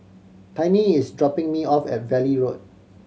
Tiny is dropping me off at Valley Road